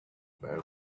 where